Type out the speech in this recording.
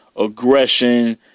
aggression